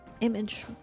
...image